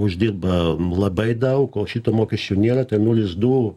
uždirba labai daug o šito mokesčio nėra tai nulis du